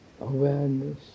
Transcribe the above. awareness